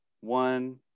one